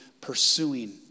pursuing